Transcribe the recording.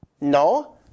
No